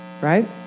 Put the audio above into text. right